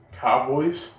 Cowboys